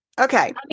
Okay